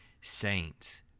saints